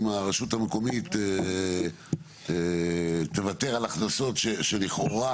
אם הרשות המקומית תוותר על הכנסות שלכאורה